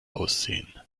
aussehen